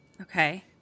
Okay